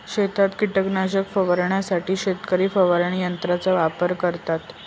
शेतात कीटकनाशक फवारण्यासाठी शेतकरी फवारणी यंत्राचा वापर करतात